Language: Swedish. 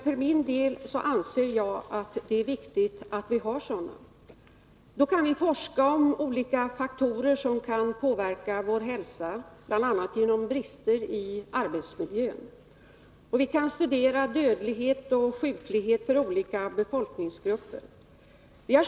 För min del anser jag att det är viktigt att vi har sådana. Då kan vi forska om olika faktorer som kan påverka vår hälsa, bl.a. genom brister i arbetsmiljön. Vi kan studera dödlighet och sjuklighet för olika befolkningsgrupper.